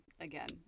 again